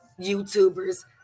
YouTubers